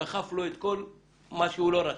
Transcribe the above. דחף לו את כל מה שהוא לא רצה,